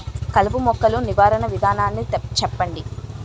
కలుపు మొక్కలు నివారణ విధానాన్ని చెప్పండి?